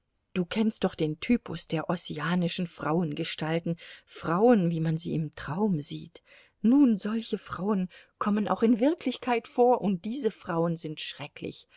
du kennst doch den typus der ossianschen frauengestalten frauen wie man sie im traum sieht nun solche frauen kommen auch in wirklichkeit vor und diese frauen sind schrecklich